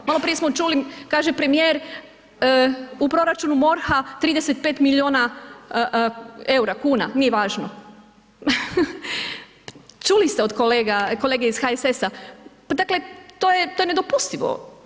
Malo prije smo čuli, kaže premijer, u proračunu MORH-a 35 milijuna eura, kuna, nije važno, čuli ste od kolega, kolege iz HSS-a, pa dakle to je nedopustivo.